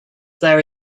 there